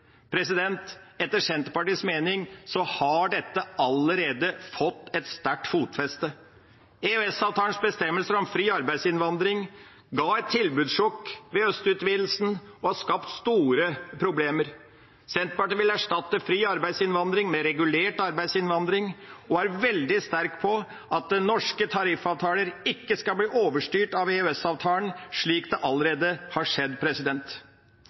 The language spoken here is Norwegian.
Etter Senterpartiets mening har dette allerede fått et sterkt fotfeste. EØS-avtalens bestemmelser om fri arbeidsinnvandring ga et tilbudssjokk ved øst-utvidelsen og har skapt store problemer. Senterpartiet vil erstatte fri arbeidsinnvandring med regulert arbeidsinnvandring og er veldig sterk på at norske tariffavtaler ikke skal bli overstyrt av EØS-avtalen, slik det allerede har skjedd.